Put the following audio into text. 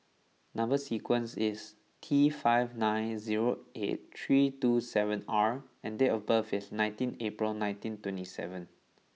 number sequence is T five nine zero eight three two seven R and date of birth is nineteen April nineteen twenty seven